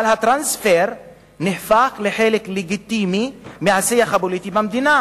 הטרנספר נהפך לחלק לגיטימי מהשיח הפוליטי במדינה?